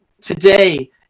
today